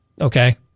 Okay